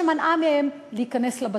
וזה שעה עד שעה ורבע נסיעה.